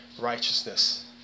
righteousness